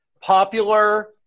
popular